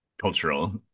Cultural